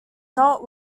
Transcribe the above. not